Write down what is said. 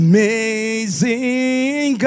Amazing